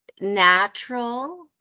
natural